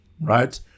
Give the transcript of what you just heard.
Right